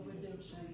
redemption